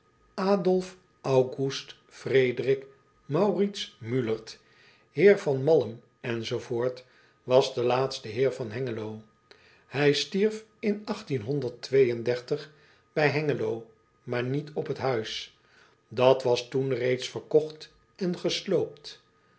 auritz ulert eer van allum enz was de laatste eer van engelo ij stierf in bij engelo maar niet op het huis at was toen reeds verkocht en gesloopt